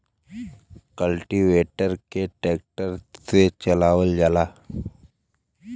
cultivator के tractor से चलावल जाला